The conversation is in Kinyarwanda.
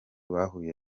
bahuye